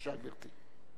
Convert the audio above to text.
בבקשה, גברתי.